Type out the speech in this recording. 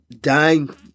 dying